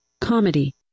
Comedy